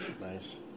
Nice